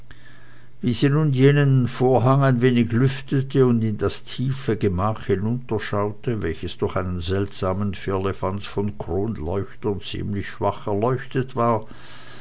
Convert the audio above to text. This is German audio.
wie sie nun jenen vorhang ein wenig lüftete und in das tiefe gemach hinunterschaute welches durch einen seltsamen firlefanz von kronleuchtern ziemlich schwach erleuchtet war